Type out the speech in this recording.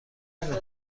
نمی